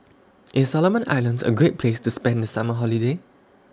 IS Solomon Islands A Great Place to spend The Summer Holiday